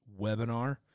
webinar